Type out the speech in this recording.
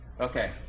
Okay